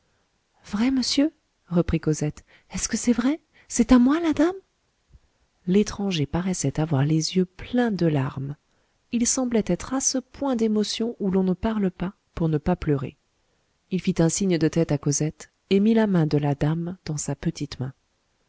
vrai monsieur reprit cosette est-ce que c'est vrai c'est à moi la dame l'étranger paraissait avoir les yeux pleins de larmes il semblait être à ce point d'émotion où l'on ne parle pas pour ne pas pleurer il fit un signe de tête à cosette et mit la main de la dame dans sa petite main